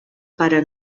pare